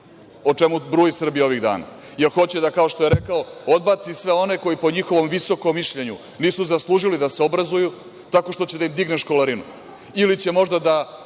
o čemu bruji Srbija ovih dana, jer hoće da, kao što je rekao, odbaci sve one koji po njihovom visokom mišljenju nisu zaslužili da se obrazuju, tako što će da im digne školarinu ili će možda da